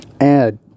Add